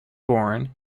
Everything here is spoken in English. born